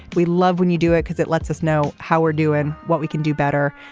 we love when you do it because it lets us know how we're doing what we can do better.